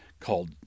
called